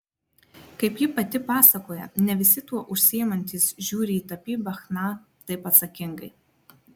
kaip ji pati pasakoja ne visi tuo užsiimantys žiūri į tapybą chna taip atsakingai